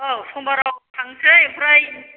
औ सम्बाराव थांनोसै ओमफ्राय